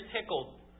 tickled